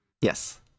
Yes